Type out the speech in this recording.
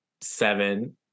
seven